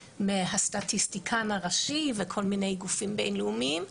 מהסטטיסטיקן הראשי וכל מיני גופים בין-לאומיים,